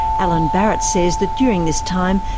alan barrett says that during this time,